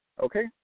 okay